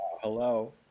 Hello